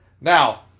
Now